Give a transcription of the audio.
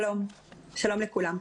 שלום לכולם.